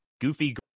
goofy